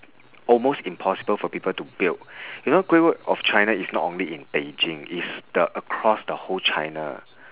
almost impossible for people to build you know great wall of china it's not only in beijing it's the across the whole china